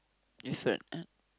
different ah